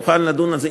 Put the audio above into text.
תוכל לדון אתו על זה.